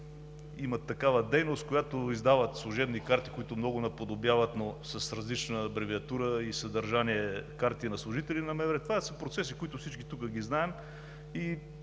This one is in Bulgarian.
имат такава дейност – издават служебни карти, които много наподобяват, но са с различна абревиатура и съдържание като картите на служители на МВР. Това са процеси, които всички тук ги знаем.